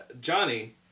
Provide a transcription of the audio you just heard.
Johnny